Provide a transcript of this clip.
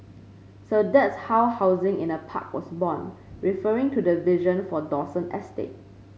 so that's how housing in a park was born referring to the vision for Dawson estate